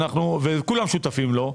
וכולם שותפים לו,